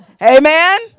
Amen